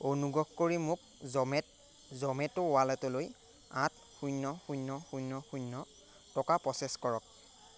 অনুগ্ৰহ কৰি মোক জ'মেট জ'মেট' ৱালেটলৈ আঠ শূন্য় শূন্য় শূন্য় শূন্য় টকা প্ৰ'চেছ কৰক